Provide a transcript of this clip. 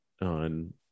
on